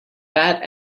pat